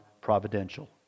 providential